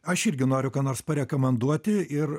aš irgi noriu ką nors parekomenduoti ir